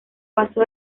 paso